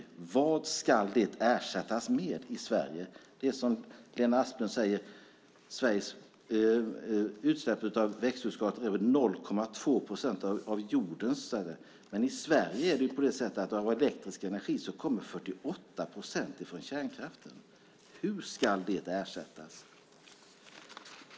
Som Lena Asplund säger är Sveriges utsläpp av växthusgaser 0,2 procent av jordens. Men i Sverige kommer 48 procent av den elektriska energin från kärnkraften. Hur ska den ersättas?